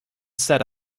set